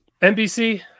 NBC